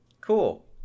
cool